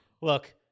look